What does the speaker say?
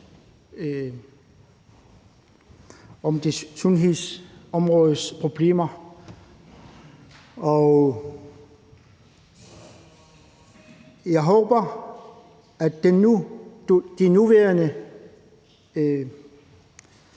om sundhedsområdets problemer, og jeg håber, at de nuværende